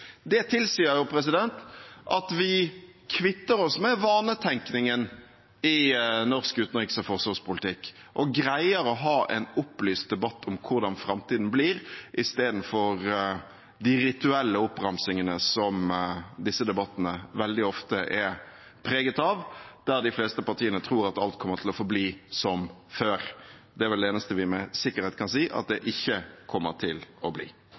Det tilsier at vi kvitter oss med vanetenkningen i norsk utenriks- og forsvarspolitikk og greier å ha en opplyst debatt om hvordan framtiden blir, i stedet for de rituelle oppramsingene som disse debattene veldig ofte er preget av, der de fleste partiene tror at alt kommer til å forbli som før. Det er vel det eneste vi med sikkerhet kan si at det ikke kommer til å bli.